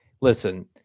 Listen